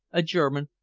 a german,